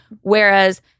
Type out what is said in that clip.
Whereas